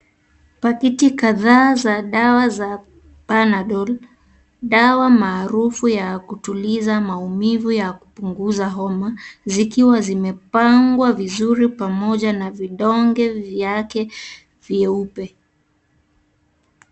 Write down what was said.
Pakiti kadhaa za dawa za Panadol. Dawa maarufu ya kutuliza maumivu ya kupunguza homa, zikiwa zimepangwa vizuri pamoja na vidonge vyake vieupe.